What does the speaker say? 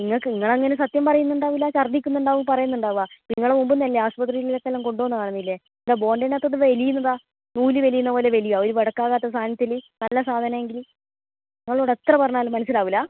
നിങ്ങൾക്ക് നിങ്ങളങ്ങനെ സത്യം പറയുന്നുണ്ടാവൂലാ ഛർദ്ദിക്കുന്നുണ്ടാവും പറയുന്നുണ്ടാകാം നിങ്ങൾ മുമ്പന്നല്ലേ ആശുപത്രീലേക്കെല്ലാം കൊണ്ട് വന്ന് കാണില്ലേ ബോണ്ടേനകത്തപ്പം വലി എന്നതാണ് നൂൽ വലിയുന്നത് പോലെ വലിയുവോ ഒരു ബെടക്കാവാത്ത സാധനത്തിൽ നല്ല സാധനമെങ്കിൽ നിങ്ങളോട് എത്ര പറഞ്ഞാലും മനസ്സിലാകില്ല